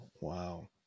wow